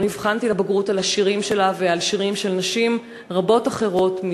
לא נבחנתי לבגרות על השירים שלה ועל שירים של נשים רבות אחרות,